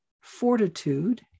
fortitude